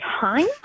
time